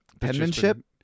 Penmanship